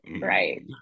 right